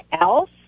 else